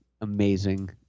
amazing